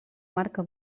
marca